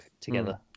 together